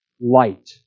light